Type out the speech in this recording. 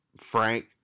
frank